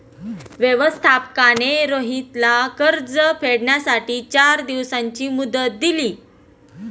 व्यवस्थापकाने रोहितला कर्ज फेडण्यासाठी चार दिवसांची मुदत दिली